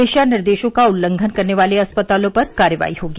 दिशा निर्देशों का उल्लंघन करने वाले अस्पतालों पर कार्रवाई करनी होगी